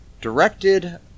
directed